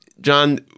John